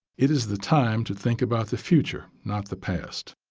it is the time to think about the future, not the past.